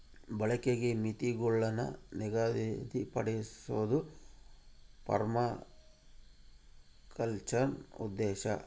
ಬಳಕೆಗೆ ಮಿತಿಗುಳ್ನ ನಿಗದಿಪಡ್ಸೋದು ಪರ್ಮಾಕಲ್ಚರ್ನ ಉದ್ದೇಶ